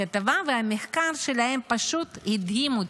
הכתבה על המחקר שלהם פשוט הדהימה אותי.